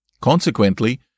Consequently